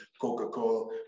Coca-Cola